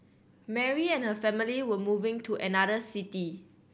Mary and her family were moving to another city